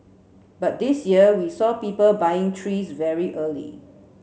but this year we saw people buying trees very early